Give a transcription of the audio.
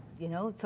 you know?